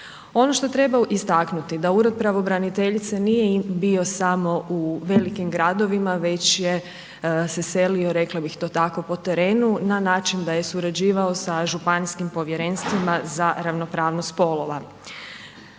Ono što treba istaknuti da ured pravobraniteljice nije bio samo u velikim gradovima, već je se selio, rekla bih to tako, po terenu, na način da je surađivao sa županijskim povjerenstvima za ravnopravnost spolova.